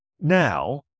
Now